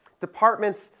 Departments